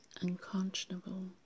unconscionable